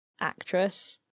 actress